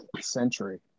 century